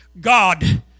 God